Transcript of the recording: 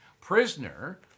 prisoner